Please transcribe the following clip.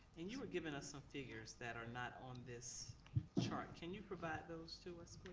and you were giving us some figures that are not on this chart. can you provide those to us,